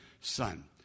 son